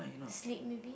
sleep maybe